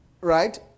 right